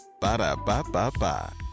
Ba-da-ba-ba-ba